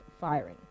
firing